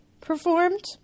performed